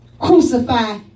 Crucify